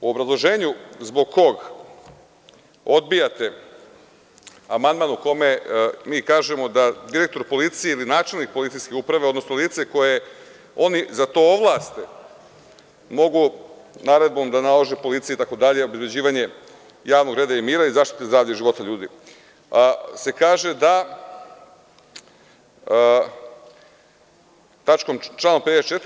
U obrazloženju zbog kog odbijate amandman u kome mi kažemo da direktor policije ili načelnik policijske uprave, odnosno lice koje oni za to ovlaste, mogu naredbom da nalože policiji itd. obezbeđivanje javnog reda i mira i zaštite zdravlja i života ljudi, kaže se da članom 54.